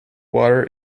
water